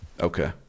okay